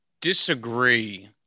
disagree